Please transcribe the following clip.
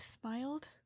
smiled